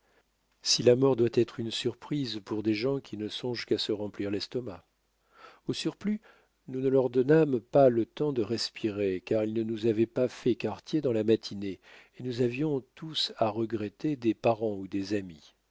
si la mort doit être une surprise pour des gens qui ne songent qu'à se remplir l'estomac au surplus nous ne leur donnâmes pas le temps de respirer car ils ne nous avaient pas fait quartier dans la matinée et nous avions tous à regretter des parents ou des amis